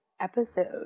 episode